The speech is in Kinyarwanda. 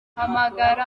hamagara